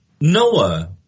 Noah